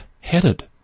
headed